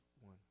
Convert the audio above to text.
one